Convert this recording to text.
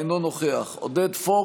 אינו נוכח ג'אבר עסאקלה, אינו נוכח עודד פורר,